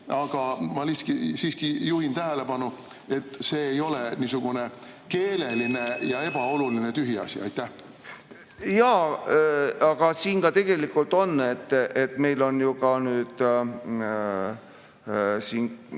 aga ma siiski juhin tähelepanu, et see ei ole niisugune keeleline ja ebaoluline tühiasi. Jaa, aga siin ka tegelikult on meil nüüd siin